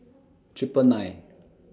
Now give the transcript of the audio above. Triple nine